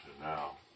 now